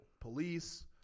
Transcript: police